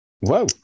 Wow